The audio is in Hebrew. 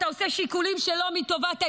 אתה עושה שיקולים שלא מטובת העניין",